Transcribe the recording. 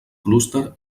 clúster